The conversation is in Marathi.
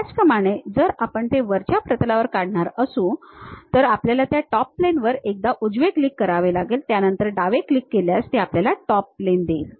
त्याचप्रमाणे जर आपण ते वरच्या प्रतलावर काढणार असू तर आपल्याला त्या टॉप प्लेनवर एकदा उजवे क्लिक करावे लागेल त्यानंतर त्यावर डावे क्लिक केल्यास ते आपल्याला टॉप प्लेन देईल